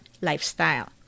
lifestyle